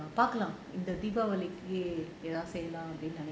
பாக்கலாம் இந்த:paakkalaam intha deepavali க்கு எதாவுது செய்யலாம்:kku ethavathu seiyalaam